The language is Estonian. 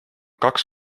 kaks